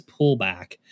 pullback